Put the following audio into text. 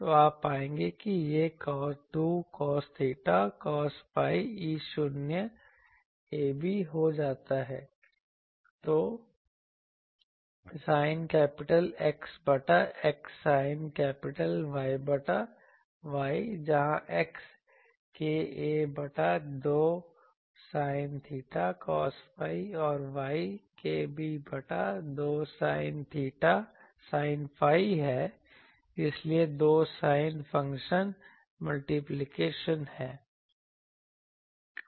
तो आप पाएंगे कि यह 2 cos theta cos phi E0 ab हो जाता है तो sin कैपिटल X बटा X sin कैपिटल Y बटा Y जहां X k a बटा 2 sin theta cos phi और Y k b बटा 2 sin theta sin phi है इसलिए 2 sin फंक्शन मल्टीप्लिकेशन है